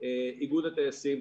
איגוד הטייסים.